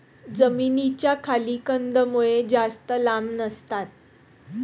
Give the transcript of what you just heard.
जमिनीच्या खाली कंदमुळं जास्त लांब नसतात